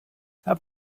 have